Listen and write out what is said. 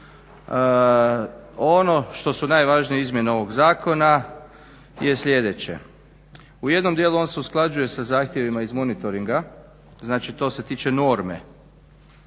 Ono što su najvažnije izmjene ovog zakona je sljedeće, u jednom dijelu on se usklađuje sa zahtjevima iz monitoringa, znači to se tiče norme